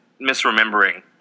misremembering